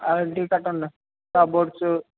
అదే కాకుండా కబోర్డ్స్